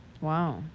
Wow